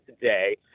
today